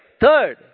Third